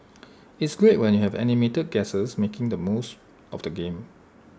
it's great when you have animated guests making the most of the game